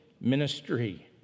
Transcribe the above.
ministry